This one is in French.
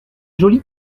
joli